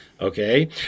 Okay